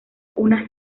unas